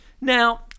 Now